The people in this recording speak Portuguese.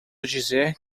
dizer